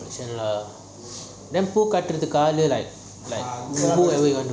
lah then பூ காட்டுறதுக்கு ஆளு:poo kaaturathuku aalu like like